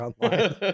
Online